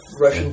Russian